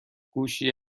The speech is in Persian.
گوشی